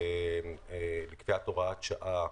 לקביעת הוראת שעה,